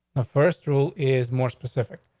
the first rule is more specific.